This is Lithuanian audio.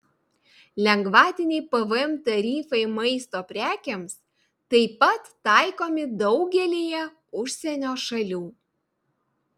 lengvatiniai pvm tarifai maisto prekėms taip pat taikomi daugelyje užsienio šalių